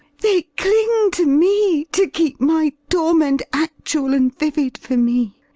they cling to me to keep my torment actual and vivid for me.